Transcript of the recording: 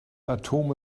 atome